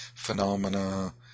Phenomena